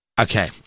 Okay